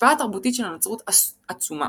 ההשפעה התרבותית של הנצרות עצומה.